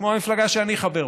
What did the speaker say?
כמו המפלגה שאני חבר בה,